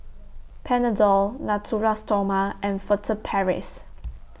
Panadol Natura Stoma and Furtere Paris